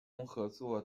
合作